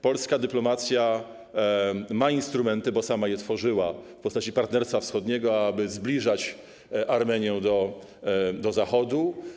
Polska dyplomacja ma instrumenty, bo sama je tworzyła w postaci partnerstwa wschodniego, aby zbliżać Armenię do Zachodu.